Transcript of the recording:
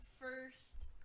first